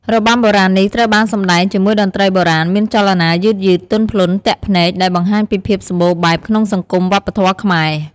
របាំបុរាណនេះត្រូវបានសម្តែងជាមួយតន្ត្រីបុរាណ មានចលនាយឺតៗ ទន់ភ្លន់ ទាក់ភ្នែក ដែលបង្ហាញពីភាពសម្បូរបែបក្នុងសង្គមវប្បធម៌ខ្មែរ។